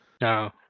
No